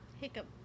Hiccup